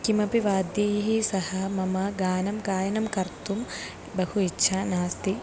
किमपि वाद्यैः सह मम गानं गायनं कर्तुं बहु इच्छा नास्ति